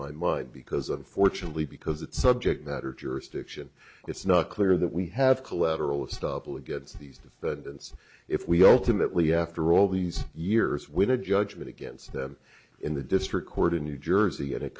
my mind because unfortunately because it's subject matter jurisdiction it's not clear that we have collateral estoppel against these defendants if we ultimately after all these years when a judgment against them in the district court in new jersey and it